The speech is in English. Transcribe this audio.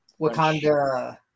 Wakanda